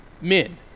Men